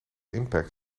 impact